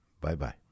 Bye-bye